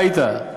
הביתה.